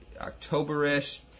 October-ish